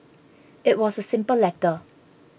it was a simple letter